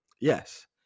Yes